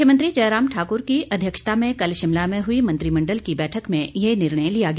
मुख्यमंत्री जयराम ठाकुर की अध्यक्षता में कल शिमला में हुई मंत्रिमण्डल की बैठक में यह निर्णय लिया गया